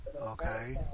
Okay